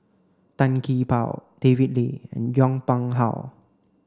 Tan Gee Paw David Lee and Yong Pung How